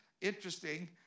interesting